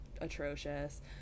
atrocious